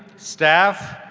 staff,